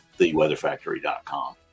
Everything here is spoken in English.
theweatherfactory.com